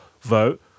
vote